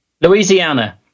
Louisiana